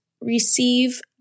receive